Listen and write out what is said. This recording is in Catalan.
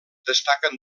destaquen